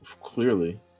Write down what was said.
Clearly